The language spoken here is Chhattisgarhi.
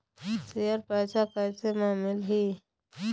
शेयर पैसा कैसे म मिलही?